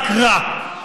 רק רע.